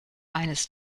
eines